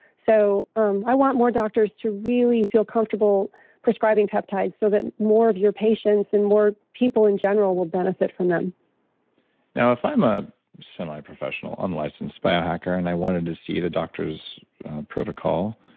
so um i want more doctors to really feel comfortable prescribing peptides so that more of your patients and more people in general will benefit from them now, if i'm a semi-professional, unlicensed biohacker, and i wanted to see the doctor's protocol,